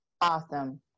Awesome